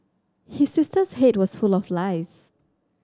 his sister's head was full of lice